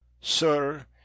Sir